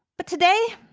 but today,